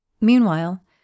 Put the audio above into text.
Meanwhile